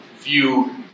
view